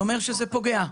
זה אומר שזה פוגע.